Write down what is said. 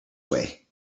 way